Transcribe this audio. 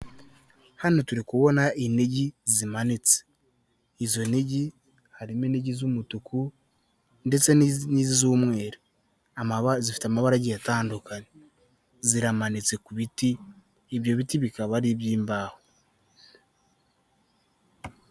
Hano turi kubona inigi zimanitse, izo nigi harimo inigi z'umutuku ndetsei n'iz'umweru , amaba, zifite amabara agiye atandukanye ziramanitse ku biti, ibyo biti bikaba ari iby'imbaho.